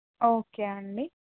okay అండి